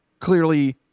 clearly